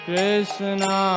Krishna